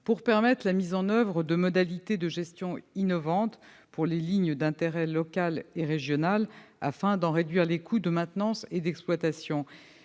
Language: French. pour permettre la mise en oeuvre de modalités de gestion innovantes pour les lignes d'intérêt local et régional afin d'en réduire les coûts de maintenance et d'exploitation.